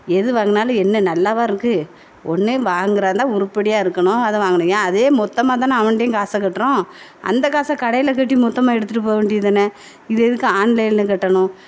எது வாங்கினாலும் என்ன நல்லாவா இருக்குது ஒன்று வாங்கிறதா இருந்தால் உருப்படியாக இருக்கணும் அதை வாங்கணும் ஏன் அதே மொத்தமாகதான் அவன்கிட்டையும் காசை கட்டுறோம் அந்த காசை கடையில் கட்டி மொத்தமாக எடுத்துகிட்டு போக வேண்டியது தானே இதை எதுக்கு ஆன்லைனில் கட்டணும்